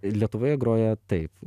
lietuvoje groja taip